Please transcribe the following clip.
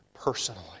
personally